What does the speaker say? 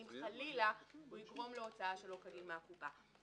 אם חלילה הוא יגרום להוצאה שלא כדין מהקופה.